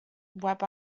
web